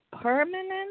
permanent